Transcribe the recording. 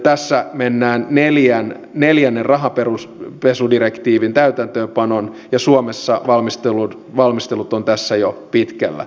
tässä mennään neljännen rahanpesudirektiivin täytäntöönpanoon ja suomessa valmistelut ovat tässä jo pitkällä